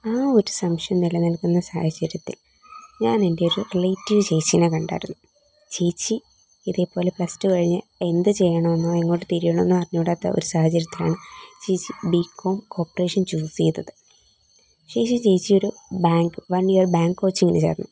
ആ ഒരു സംശയം നില നിൽക്കുന്ന സാഹചര്യത്തിൽ ഞാൻ എൻ്റെ ഒരു റിലേറ്റീവ് ചേച്ചീനെ കണ്ടായിരുന്നു ചേച്ചി ഇതേപോലെ പ്ലസ് ടു കഴിഞ്ഞ് എന്ത് ചെയ്യണമെന്നോ എങ്ങോട്ട് തിരിയണമെന്നോ അറിഞ്ഞു കൂടാത്ത ഒരു സാഹചര്യത്തിലാണ് ചേച്ചി ബി കോം കോപ്പറേഷൻ ചൂസ് ചെയ്തത് ചേച്ചി ചേച്ചിയൊരു ബാങ്ക് വൺ ഇയർ ബാങ്ക് കോച്ചിങ്ങിന് ചേർന്നു